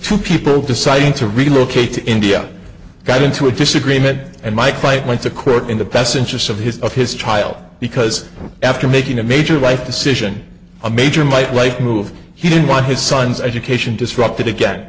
two people deciding to relocate to india got into a disagreement and my client went to court in the best interests of his of his child because after making a major life decision a major might like move he didn't want his son's education disrupted again